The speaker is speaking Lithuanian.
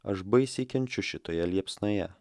aš baisiai kenčiu šitoje liepsnoje